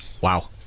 Wow